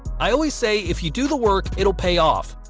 i always say if you do the work, it will pay off.